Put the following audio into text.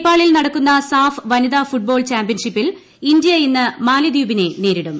നേപ്പാളിൽ നടക്കുന്ന സാഫ് വനിതാ ഫുട്ബോൾ ചാമ്പ്യൻഷിപ്പിൽ ഇന്ത്യ ഇന്ന് മാലിദ്വീപിനെ നേരിടും